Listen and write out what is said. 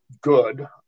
good